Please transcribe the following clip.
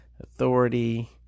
authority